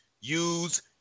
use